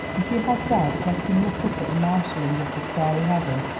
if he has doubts let him look up at the marshalling of the starry heaven,